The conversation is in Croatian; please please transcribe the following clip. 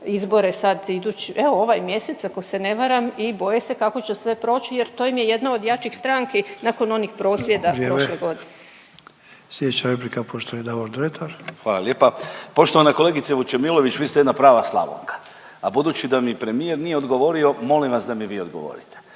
izbore sad idući, evo ovaj mjesec ako se ne varam i boje se kako će sve proći jer to im je jedna od jačih stranki nakon onih prosvjeda …/Upadica Sanader: Vrijeme./… prošle godine. **Sanader, Ante (HDZ)** Slijedeća replika poštovani Davor Dretar. **Dretar, Davor (DP)** Hvala lijepa. Poštovana kolegice Vučemilović vi ste jedna prava Slavonka, a budući da mi premijer nije odgovorio, molim vas da mi vi odgovorite.